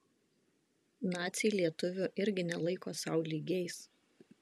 naciai lietuvių irgi nelaiko sau lygiais